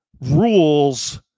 rules